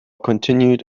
continued